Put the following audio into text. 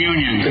Union